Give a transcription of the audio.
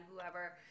whoever